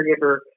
caregiver